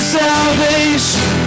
salvation